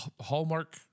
hallmark